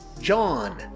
John